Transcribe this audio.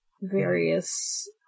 various